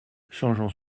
changeant